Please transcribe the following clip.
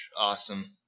awesome